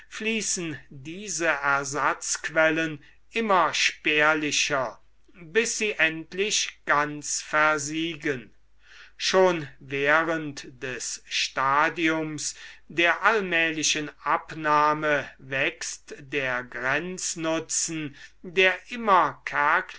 diese ersatzquellen immer spärlicher bis sie endlich gänzlich versiegen schon während des stadiums der allmählichen abnahme wächst der grenznutzen der immer